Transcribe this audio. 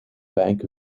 bank